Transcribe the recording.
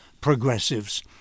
progressives